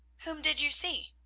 whom did you see?